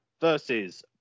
versus